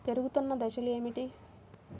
పెరుగుతున్న దశలు ఏమిటి?